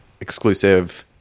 exclusive